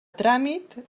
tràmit